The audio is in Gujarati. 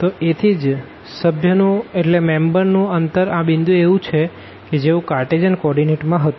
તો એથી જ સભ્ય નું અંતર આ પોઈન્ટએ એવું જ છે જેવું કારટેઝિયન કો ઓર્ડીનેટ માં હતું